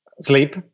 Sleep